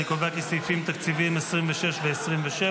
אני קובע כי סעיפים תקציביים 26 27,